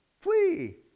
flee